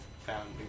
found